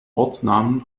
ortsnamen